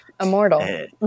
immortal